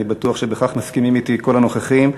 אני בטוח שבכך מסכימים אתי כל הנוכחים.